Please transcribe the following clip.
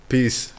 Peace